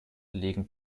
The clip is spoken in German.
liegen